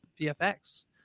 VFX